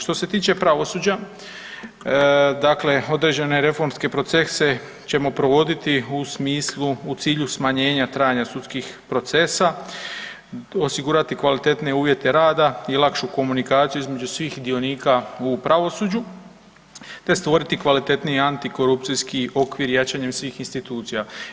Što se tiče pravosuđa dakle određene reformske procese ćemo provoditi u smislu u cilju smanjenja trajanja sudskih procesa, osigurati kvalitetnije uvjete rada i lakšu komunikaciju između svih dionika u pravosuđu te stvoriti kvalitetniji antikorupcijski okvir jačanjem svih institucija.